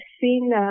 seen